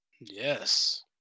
Yes